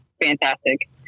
fantastic